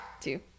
two